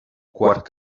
quart